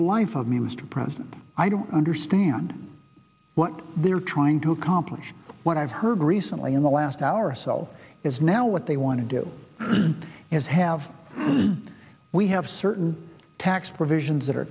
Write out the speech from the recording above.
the life of me mr president i don't understand what they're trying to accomplish what i've heard recently in the last hour cell is now what they want to do is have we have certain tax provisions that are